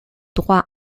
droit